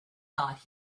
thought